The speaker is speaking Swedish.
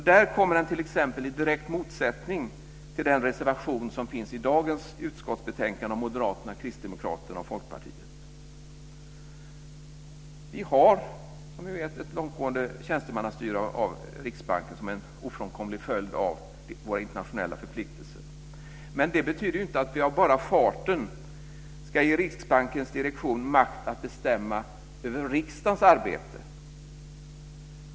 Där kommer den t.ex. i direkt motsättning till den reservation som finns i dagens utskottsbetänkande av Moderaterna, Kristdemokraterna och Folkpartiet Vi har, som vi vet, ett långtgående tjänstemannastyre av Riksbanken som en ofrånkomlig följd av våra internationella förpliktelser. Men det betyder inte att vi av bara farten ska ge Riksbankens direktion makt att bestämma över riksdagens arbete.